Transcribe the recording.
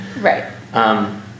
Right